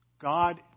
God